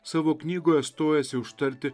savo knygoje stojasi užtarti